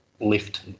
lift